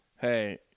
Hey